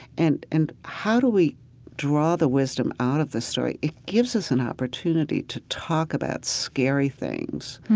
and and how do we draw the wisdom out of the story? it gives us an opportunity to talk about scary things.